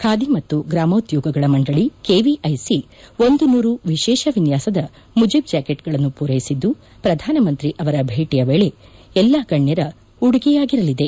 ಖಾದಿ ಮತ್ತು ಗ್ರಾಮೋದ್ಯೋಗಗಳ ಮಂದಳಿ ಕೆವಿಐಸಿ ಒಂದು ನೂರು ವಿಶೇಷ ವಿನ್ಯಾಸದ ಮುಜೀಬ್ ಜಾಕೇಟ್ಗಳನ್ನು ಪೂರೈಸಿದ್ದು ಪ್ರಧಾನಮಂತ್ರಿ ಅವರ ಭೇಟಿಯ ವೇಳೆ ಎಲ್ಲಾ ಗಣ್ಯರ ಉಡುಗೆಯಾಗಿರಲಿದೆ